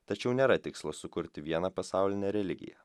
tačiau nėra tikslo sukurti vieną pasaulinę religiją